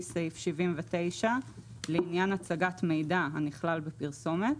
סעיף 79 לעניין הצגת מידע הנכלל בפרסומת.